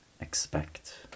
expect